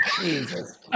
Jesus